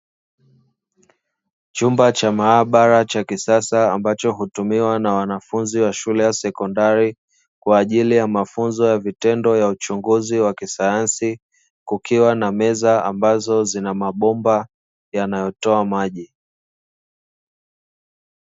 Chumba cha maabara cha kisasa ambacho hutumiwa na wanafunzi wa shule ya sekondari kwa ajili ya mafunzo ya vitendo ya uchunguzi wa kisayansi, kukiwa na meza ambazo zina mabomba yanayotoa maji.